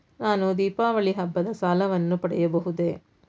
ನಾನು ದೀಪಾವಳಿ ಹಬ್ಬದ ಸಾಲವನ್ನು ಪಡೆಯಬಹುದೇ?